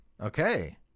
Okay